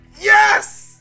Yes